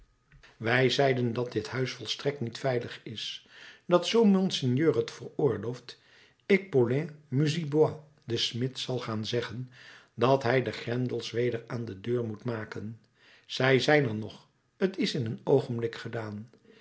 wij zeiden dat dit huis volstrekt niet veilig is dat zoo monseigneur het veroorlooft ik paulin musebois den smid zal gaan zeggen dat hij de grendels weder aan de deur moet maken zij zijn er nog t is in een oogenblik gedaan